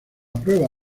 prueba